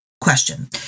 question